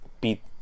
beat